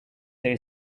there